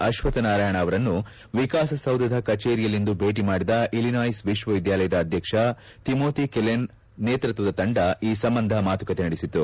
ಆಶ್ವಕ್ಥನಾರಾಯಣ ಅವರನ್ನು ವಿಕಾಸಸೌಧದ ಕಚೇರಿಯಲ್ಲಿಂದು ಭೇಟ ಮಾಡಿದ ಇಲಿನಾಯ್ಸ್ ವಿಶ್ವವಿದ್ಯಾಲಯದ ಅಧ್ಯಕ್ಷ ತಿಮೋಲೆ ಕಿಲೆನ್ ನೇತೃತ್ವದ ತಂಡ ಈ ಸಂಬಂಧ ಮಾತುಕತೆ ನಡೆಸಿತು